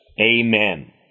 Amen